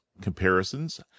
comparisons